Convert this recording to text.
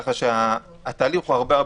כך שהתהליך הוא יותר מסובך.